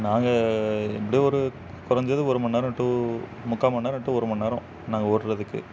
நாங்கள் எப்படியும் ஒரு குறஞ்சது ஒரு மணி நேரம் டூ முக்கால் மணி நேரம் டூ ஒரு மணி நேரம் நாங்கள் ஓடுறதுக்கு